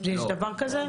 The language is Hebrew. יש דבר כזה?